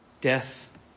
death